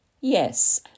Yes